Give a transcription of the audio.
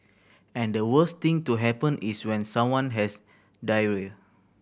and the worst thing to happen is when someone has diarrhoea